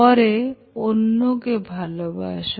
পরে অন্যকে ভালোবাসা